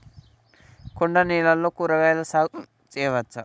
కొండ నేలల్లో కూరగాయల సాగు చేయచ్చా?